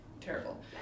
Terrible